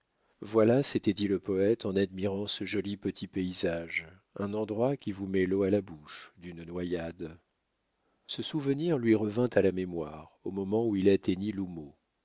voilà s'était dit le poète en admirant ce joli petit paysage un endroit qui vous met l'eau à la bouche d'une noyade ce souvenir lui revint à la mémoire au moment où il atteignait